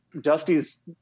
Dusty's